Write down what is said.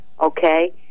okay